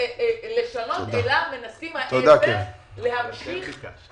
מנסים להמשיך